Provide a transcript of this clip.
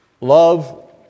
Love